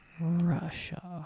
Russia